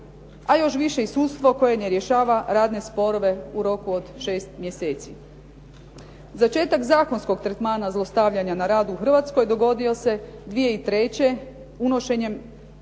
a još više i sudstvo koje ne rješava radne sporove u roku od 6 mjeseci. Začetak zakonskog tretmana zlostavljanja na radu u Hrvatskoj dogodio se 2003. unošenjem